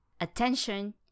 Attention